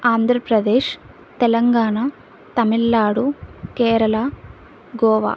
Andhra Pradesh Telangana Tamil Nadu Kerala Goa